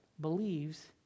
believes